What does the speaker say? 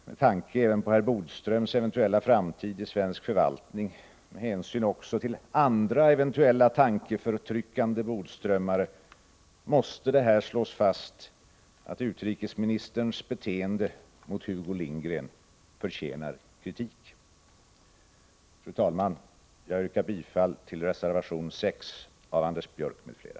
Med tanke även på herr Bodströms eventuella framtid i svensk förvaltning, med hänsyn också till andra eventuella tankeförtryckande Bodströmmare, måste det slås fast att utrikesministerns beteende mot Hugo Lindgren förtjänar kritik. Fru talman! Jag yrkar bifall till reservation 6 av Anders Björck m.fl.